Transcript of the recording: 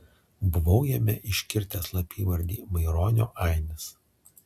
buvau jame iškirtęs slapyvardį maironio ainis